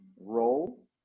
role